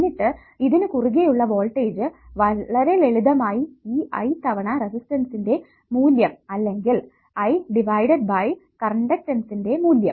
എന്നിട്ട് ഇതിനു കുറുകെ ഉള്ള വോൾട്ടേജ് വളരെ ലളിതമായി ഈ I തവണ റെസിസ്റ്റൻസിന്റെ മൂല്യം അല്ലെങ്കിൽ I ഡിവൈഡഡ് ബൈ കണ്ടക്ടൻസിന്റെ മൂല്യം